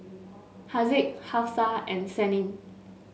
Haziq Hafsa and Senin